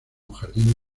jardín